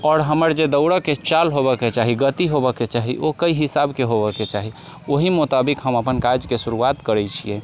आओर हमर जे दौड़यके चाल होबयके चाही गति होबयके चाही ओ कइ हिसाबके होबयके चाही ओही मुताबिक हम अपन काजके शुरुआत करै छियै